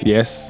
Yes